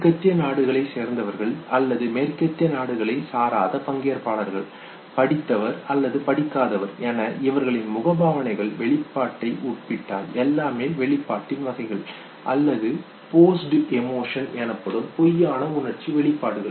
மேற்கத்திய நாடுகளைச் சேர்ந்தவர்கள் அல்லது மேற்கத்திய நாடுகளை சாராத பங்கேற்பாளர்கள் படித்தவர் அல்லது படிக்காதவர் என இவர்களின் முக பாவனைகள் வெளிப்பாட்டை ஒப்பிட்டால் எல்லாமே வெளிப்பாட்டின் வகைகள் அல்லது போஸ்டு எமோஷன் எனப்படும் பொய்யான உணர்ச்சி வெளிப்பாடுகள்